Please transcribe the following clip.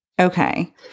Okay